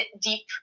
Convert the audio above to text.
deep